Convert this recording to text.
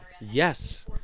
Yes